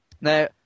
Now